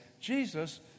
Jesus